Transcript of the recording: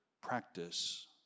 practice